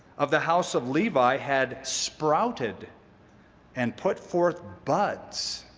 of the house of levi, had spouted and put forth buds,